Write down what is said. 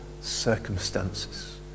circumstances